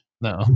No